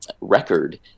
record